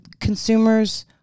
consumers